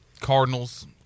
Cardinals